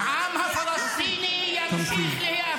אתה לא תהיה פה --- העם הפלסטיני ימשיך להיאבק